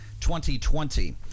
2020